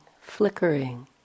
flickering